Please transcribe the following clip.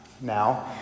now